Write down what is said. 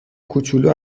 کوچولو